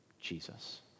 Jesus